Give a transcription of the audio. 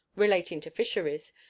relating to fisheries,